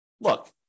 look